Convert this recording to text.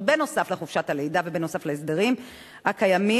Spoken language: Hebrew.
בנוסף לחופשת הלידה ובנוסף להסדרים הקיימים.